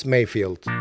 Mayfield